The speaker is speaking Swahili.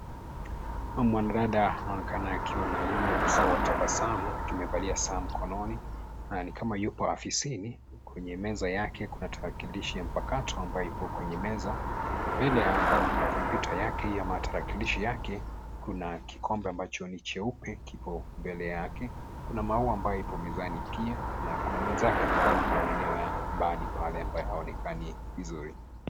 Huyu mwanadada anaonekana akiwa nayo uso wa tabasamu akiwa amevalia saa mkononi na ni kama yupo ofisni. Kwenye meza yake kuna tarakilishi ya mpakato ambayo ipo kwenye meza. Mbele ya kompyuta yake ama tarakilishi yake kuna kikombe ambacho ni cheupe kipo mbele yake. Kuna maua ambayo ipo mezani pia na kuna mwenzake ambaye yuko maeneo ya mbali pale ambaye haonekani vizuri.